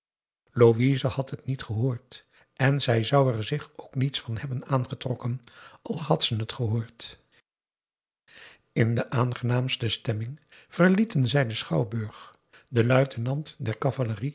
louise had het niet gehoord en zij zou er zich ook niets van hebben aangetrokken al had ze het gehoord in de aangenaamste stemming verlieten zij den schouwburg de luitenant der